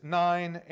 nine